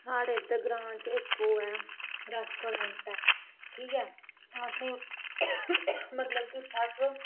साढ़े इद्धर ग्रां च इक ओह् ऐ रेस्ट्रोरेंट ऐ ठीक ऐ असें मतलब कि उत्थै अस